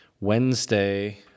Wednesday